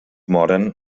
moren